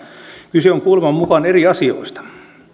kyse on kuuleman mukaan eri asioista